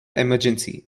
emergency